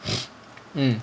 mm